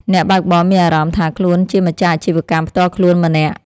អ្នកបើកបរមានអារម្មណ៍ថាខ្លួនជាម្ចាស់អាជីវកម្មផ្ទាល់ខ្លួនម្នាក់។